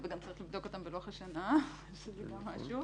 וגם צריך לבדוק אותם בלוח השנה, שזה גם משהו.